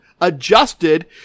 adjusted